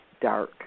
dark